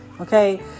okay